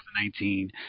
2019